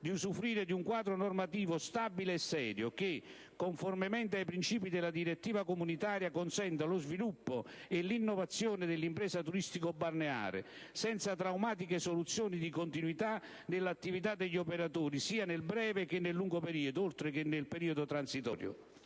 di usufruire di un quadro normativo stabile e serio che, conformemente ai principi della direttiva comunitaria, consenta lo sviluppo e l'innovazione dell'impresa turistico-balneare senza traumatiche soluzioni di continuità nell'attività degli operatori, sia nel breve che nel lungo periodo, oltre che nel periodo transitorio.